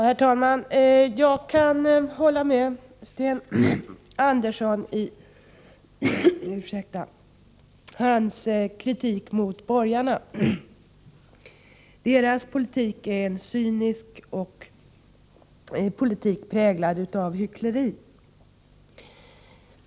Herr talman! Jag kan hålla med Sten Andersson i hans kritik mot borgarna. Deras politik är cynisk, en politik präglad av hyckleri.